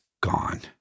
gone